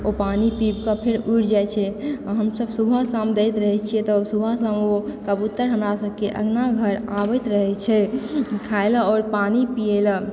ओ पानी पीब कऽ फेर उड़ि जाइत छै हमसब सुबह शाम दैत रहए छिऐ तऽ सुबह शाम ओ कबूतर हमरा सबके अङ्गना घर आबैत रहए छै खाए लऽ आओर पानि पीए लए